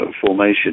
formation